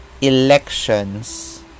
elections